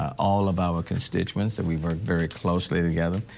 all of our constituents that we work very closely together.